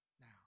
now